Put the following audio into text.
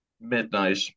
Midnight